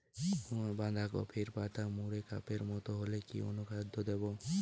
বাঁধাকপির পাতা মুড়ে কাপের মতো হলে কি অনুখাদ্য দেবো?